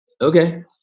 okay